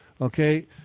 okay